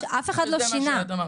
אף אחד לא שינה,